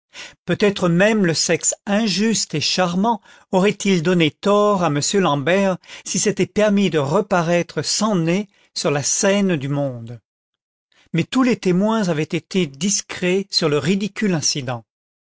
peut-être même le sexe injuste et charmant aurait-il donné tort à m l'ambert s'il s'était permis de reparaître sans nez sur la scène du monde mais tous les témoins avaient été discrets sur le ridicule incident